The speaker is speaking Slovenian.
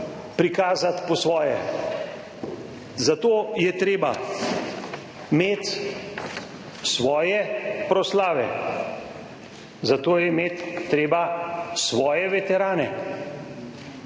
prikazati po svoje, zato je treba imeti svoje proslave, zato je treba imeti svoje veterane,